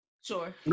sure